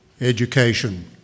education